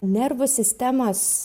nervų sistemos